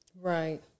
Right